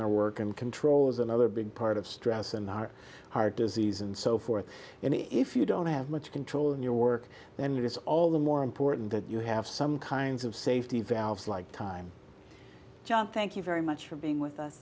their work and control is another big part of stress in our heart disease and so forth and if you don't have much control in your work then it's all the more important that you have some kinds of safety valves like time john thank you very much for being with us